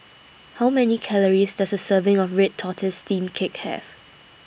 How Many Calories Does A Serving of Red Tortoise Steamed Cake Have